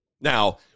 Now